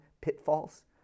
pitfalls